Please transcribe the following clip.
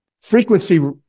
Frequency